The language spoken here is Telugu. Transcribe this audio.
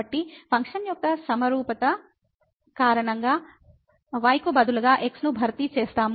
కాబట్టి ఫంక్షన్ల యొక్క సమరూపత కారణంగా y కు బదులుగా x ను భర్తీ చేస్తాము